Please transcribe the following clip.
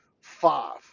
five